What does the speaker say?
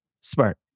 smart